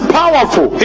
powerful